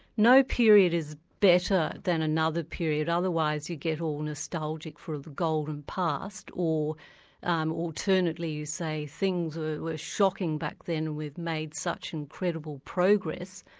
no period is better than another period, otherwise you get all nostalgic for the golden past, or um alternatively you say things were shocking back then and we've made such incredible progress.